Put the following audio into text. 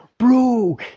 Bro